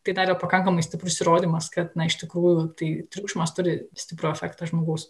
tai davė pakankamai stiprus įrodymus kad na iš tikrųjų tai triukšmas turi stiprų efektą žmogaus